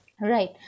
Right